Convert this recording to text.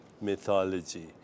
mythology